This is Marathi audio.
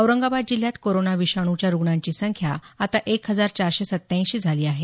औरंगाबाद जिल्ह्यात कोरोना विषाणूच्या रुग्णांची संख्या आता एक हजार चारशे सत्त्याऐंशी झाली आहे